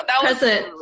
present